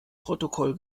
protokoll